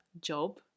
job